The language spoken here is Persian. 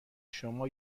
شما